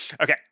Okay